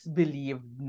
believed